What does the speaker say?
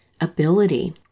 ability